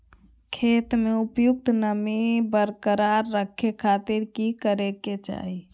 खेत में उपयुक्त नमी बरकरार रखे खातिर की करे के चाही?